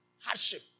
hardship